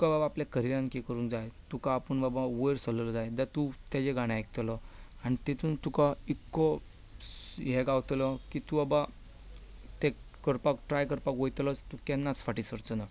तुका बाबा आपल्या करियरांत कितें करूंक जाय तुका आपूण बाबा वयर सरलेलो जाय तर तूं ताचें गाणें आयकतलो आनी तातूंत तुका इतलो हें गावतलो की तूं बाबा तें ट्राय करपाक वतलोच केन्नाच फाटी सरचो ना